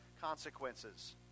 consequences